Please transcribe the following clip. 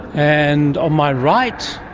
and on my right,